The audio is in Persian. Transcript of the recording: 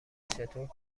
چطور